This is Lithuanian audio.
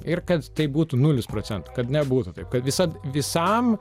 ir kad tai būtų nulis procentu kad nebūtų taip kad visa visam